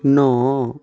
नओ